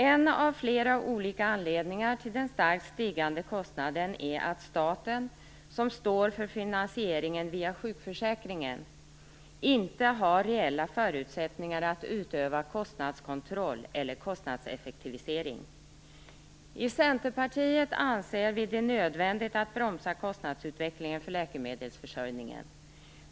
En av flera olika anledningar till den starkt stigande kostnaden är att staten, som via sjukförsäkringen står för finansieringen, inte har reella förutsättningar att utöva kostnadskontroll eller genomföra kostnadseffektivisering. Vi i Centerpartiet anser det nödvändigt att bromsa kostnadsutvecklingen för läkemedelsförsörjningen.